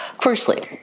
Firstly